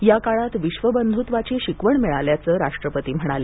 या काळात विश्वबंधुत्वाची शिकवण मिळाल्याचं राष्ट्रपती म्हणाले